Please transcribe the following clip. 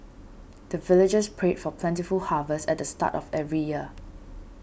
the villagers pray for plentiful harvest at the start of every year